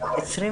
25